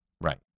Right